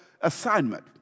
assignment